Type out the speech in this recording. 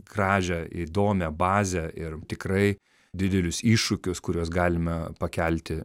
gražią įdomią bazę ir tikrai didelius iššūkius kuriuos galime pakelti